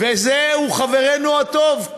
והוא יהיה אחד מסגני השרים, וזהו חברנו הטוב.